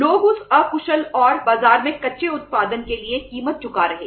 लोग उस अकुशल और बाजार में कच्चे उत्पादन के लिए कीमत चुका रहे हैं